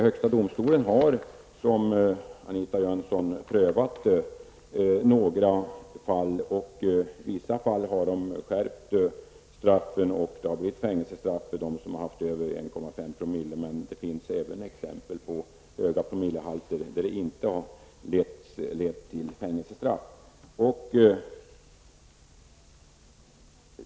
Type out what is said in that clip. Högsta domstolen har, Anita Jönsson, prövat några fall. I vissa fall har de skärpt straffen, och det har blivit fängelsestraff för dem som har haft över 1,5 promille. Det finns även exempel på fall med höga promillehalter som inte lett till fängelsestraff.